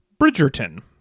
Bridgerton